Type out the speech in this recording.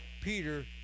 Peter